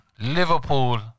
Liverpool